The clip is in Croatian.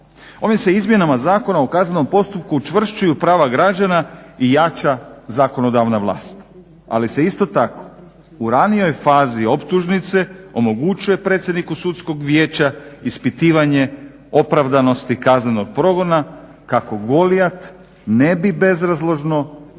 Ovim se izmjenama Zakona o kaznenom postupku učvršćuju prava građana i jača zakonodavna vlast, ali se isto tako u ranijoj fazi optužnice omogućuje predsjedniku Sudskog vijeća ispitivanje opravdanosti kaznenog progona kako Golijat ne bi bezrazložno davio